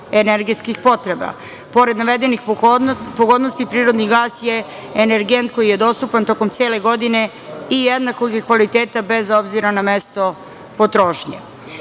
energetskih potreba. Pored navedenih pogodnosti, prirodni gas je energent koji je dostupan tokom cele godine i jednakog je kvaliteta, bez obzira na mesto potrošnje. Sa